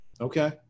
okay